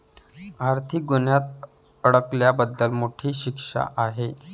आर्थिक गुन्ह्यात अडकल्याबद्दल मोठी शिक्षा आहे